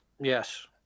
Yes